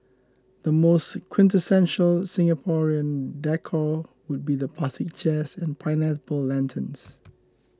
the most quintessential Singaporean decor would be the plastic chairs and pineapple lanterns